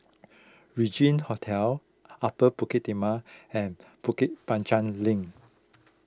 Regin Hotel Upper Bukit Timah and Bukit Panjang Link